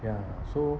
ya so